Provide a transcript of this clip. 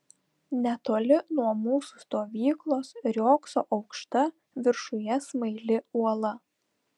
netoli nuo mūsų stovyklos riogso aukšta viršuje smaili uola